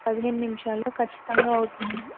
పదిహేను నిమిషాలలో ఖచ్చితంగా అవుతుంది